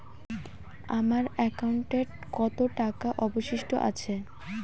আমার একাউন্টে কত টাকা অবশিষ্ট আছে?